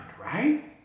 right